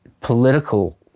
political